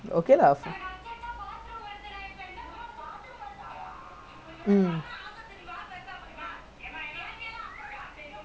!walao! winter also come back just now I think when I saw just now when I left right three or one zero then losing then now three one I mean they won already lah three one